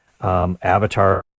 avatar